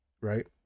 right